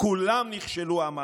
כולם נכשלו, אמרת.